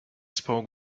spoke